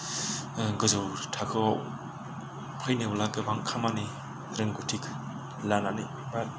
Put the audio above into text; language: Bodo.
गोजौ थाखोआव फैनोब्ला गोबां खामानि रोंगौथि लानानै बा